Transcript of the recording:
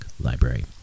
library